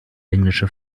englische